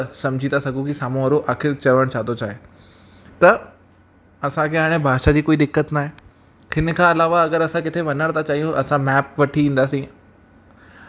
भाषा बि सम्झी था सघूं कि साम्हूं वारो आख़िरि चवण छा थो चाहे त असांखे हाणे भाषा जी कोई दिक़त न आहे हिन खां अलावा अगरि असां किथे वञण था चाहियूं असां मैप वठी ईंदासीं